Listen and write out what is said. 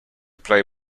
play